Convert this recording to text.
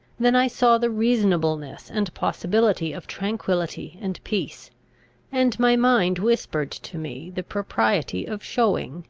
than i saw the reasonableness and possibility of tranquillity and peace and my mind whispered to me the propriety of showing,